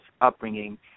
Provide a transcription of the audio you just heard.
upbringing